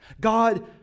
God